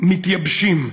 המתייבשים.